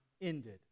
ended